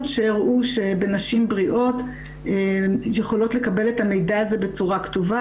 שהראו שנשים בריאות יכולות לקבל את המידע הזה בצורה פשוטה,